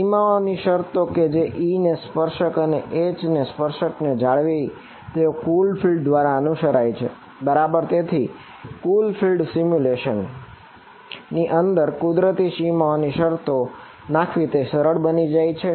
સીમાઓની શરતો કે જે E ને સ્પર્શક અને H ને સ્પર્શક જાળવી રાખે છે તેઓ કુલ ફિલ્ડ ની અંદર કુદરતી સીમાઓની શરતો નાખવી તે સરળ બની જાય છે